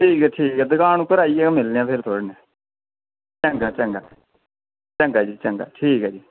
ठीक ऐ ठीक ऐ दकान उप्पर आइयै मिलने आं फिर थुआढ़े ने चंगा चंगा चंगा जी चंगा ठीक ऐ जी